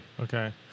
Okay